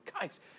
guys